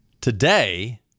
Today